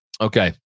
Okay